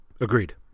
Agreed